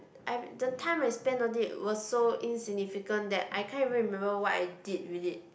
I r~ the time I spend on it was so insignificant that I can't even remember what I did with it